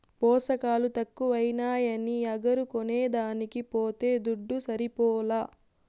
పోసకాలు తక్కువైనాయని అగరు కొనేదానికి పోతే దుడ్డు సరిపోలా